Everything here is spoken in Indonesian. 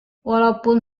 walaupun